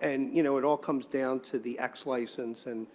and you know it all comes down to the x license and